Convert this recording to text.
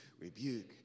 rebuke